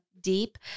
deep